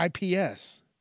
IPS